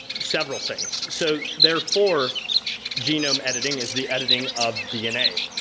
several things. so, therefore genome editing is the editing of dna.